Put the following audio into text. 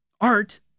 art